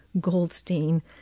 Goldstein